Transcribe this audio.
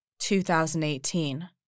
2018